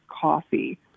Coffee